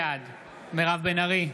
בעד מירב בן ארי,